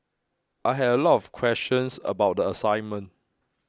I had a lot of questions about the assignment